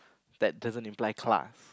that doesn't imply class